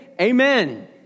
amen